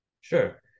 Sure